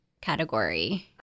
category